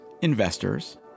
investors